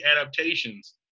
adaptations